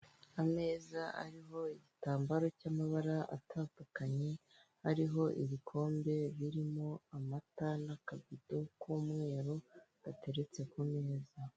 Ameza ariho igitambaro cy'amabara atandukanye hariho ibikombe birimo amata n'akabido k'umweru gateretse ku meza.